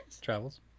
travels